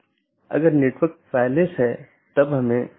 एक चीज जो हमने देखी है वह है BGP स्पीकर